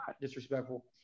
disrespectful